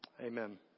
Amen